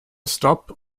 stop